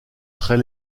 très